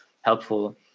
helpful